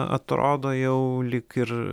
atrodo jau lyg ir